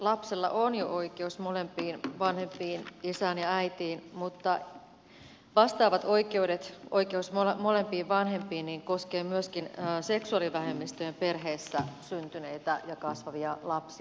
lapsella on jo oikeus molempiin vanhempiin isään ja äitiin mutta vastaava oikeus molempiin vanhempiin koskee myöskin seksuaalivähemmistöjen perheissä syntyneitä ja kasvavia lapsia